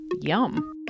Yum